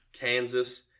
Kansas